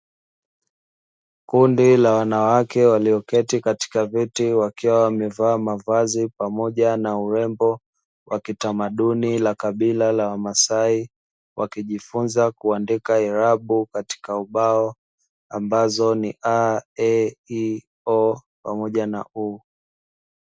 Kundi la wanawake walioketi katika viti wakiwa wamevaa mavazi pamoja na urembo wa kitamaduni la kabila la Wamaasai wakijifunza kuandika irabu katika ubao ambazo ni a, e, i, o pamoja na u.